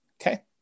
Okay